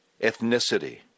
ethnicity